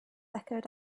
echoed